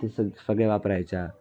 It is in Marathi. ते सग सगळ्या वापरायच्या